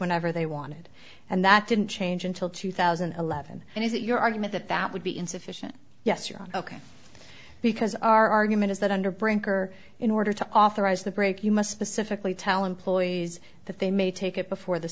whenever they wanted and that didn't change until two thousand and eleven and is it your argument that that would be insufficient yes your ok because our argument is that under brinker in order to authorize the break you must pacifically tallon ploys that they may take it before the